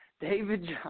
David